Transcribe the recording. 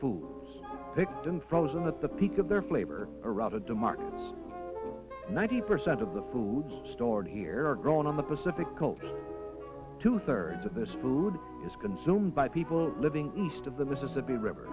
food picton frozen at the peak of their flavor around the demarc ninety percent of the foods stored here are going on the pacific coast two thirds of this food is consumed by people living east of the mississippi river